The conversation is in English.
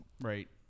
Right